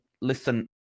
Listen